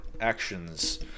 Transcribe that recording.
actions